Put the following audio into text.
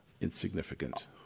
insignificant